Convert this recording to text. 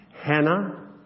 Hannah